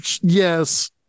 yes